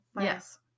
Yes